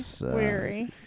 weary